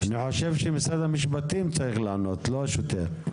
אני חושב שמשרד המשפטים צריך לענות, לא השוטר.